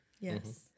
Yes